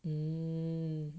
um